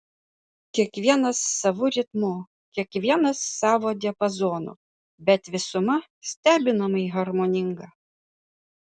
kiekvienas savu ritmu kiekvienas savo diapazonu bet visuma stebinamai harmoninga